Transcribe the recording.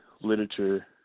literature